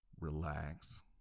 Relax